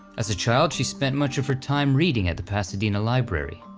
as a child she spent much of her time reading at the pasadena library.